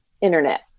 Internet